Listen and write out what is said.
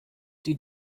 die